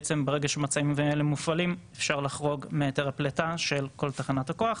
ברגע שהמצבים האלה מופעלים אפשר לחרוג מהיתר הפליטה של כל תחנת הכוח,